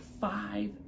five